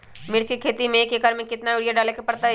मिर्च के खेती में एक एकर में कितना यूरिया डाले के परतई?